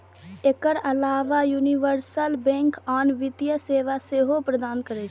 एकर अलाव universal bank आन वित्तीय सेवा सेहो प्रदान करै छै